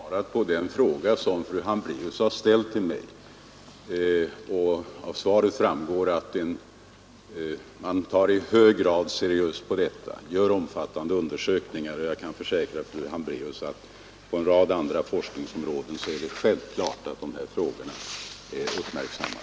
Fru talman! Jag har svarat på den fråga som fru Hambraeus har ställt till mig. Av svaret framgår att man tar i hög grad seriöst på detta problem och gör omfattande undersökningar. Jag kan försäkra fru Hambraeus att dessa frågor också uppmärksammas på andra forskningsområden.